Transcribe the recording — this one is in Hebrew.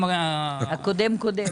--- הקודם-קודם.